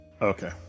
Okay